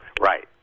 Right